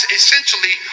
essentially